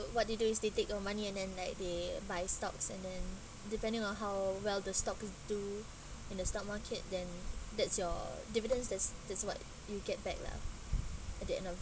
what they do is they take your money and then like they buy stocks and then depending on how well the stock could do in the stock market then that's your dividends that's that's what you get back lah at the end of